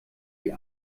die